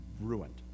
ruined